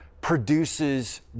produces